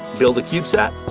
build a cubesat,